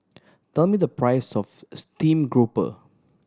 tell me the price of steamed grouper